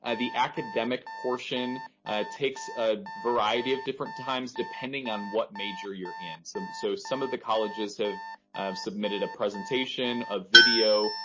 and the academic portion takes a variety of different times depending on what major you're in. so some of the colleges have submitted a presentation, a video,